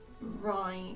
Right